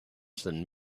than